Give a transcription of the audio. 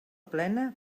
plena